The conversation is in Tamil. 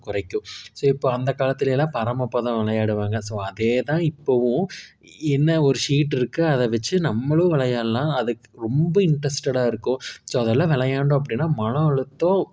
குறைக்கும் ஸோ இப்போ அந்த காலத்திலையெல்லாம் பரமபதம் விளையாடுவாங்க ஸோ அதேதான் இப்பவும் என்ன ஒரு ஷீட் இருக்குது அதை வச்சு நம்மளும் விளையாடலாம் அதுக்கு ரொம்ப இன்ட்ரஸ்ட்டடாக இருக்கும் ஸோ அதெல்லாம் விளையாண்டோம் அப்படின்னா மன அழுத்தம்